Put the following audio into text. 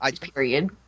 period